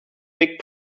big